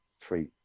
three